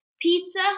Pizza